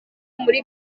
muri